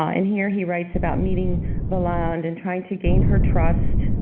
ah and here he writes about meeting valland and trying to gain her trust